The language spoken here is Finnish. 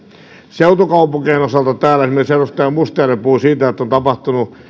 seutukaupunkien osalta täällä esimerkiksi edustaja mustajärvi puhui siitä että on tapahtunut